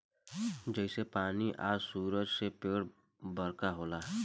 जइसे पानी आ सूरज से पेड़ बरका होला